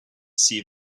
see